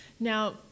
Now